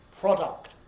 product